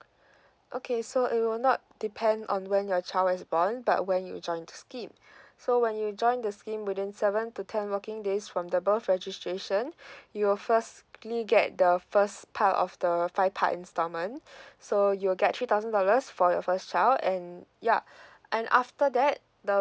okay so it will not depend on when your child is born but when you join to scheme so when you join the scheme within seven to ten working days from the birth registration you will firstly get the first part of the five part installment so you'll get three thousand dollars for your first child and ya and after that the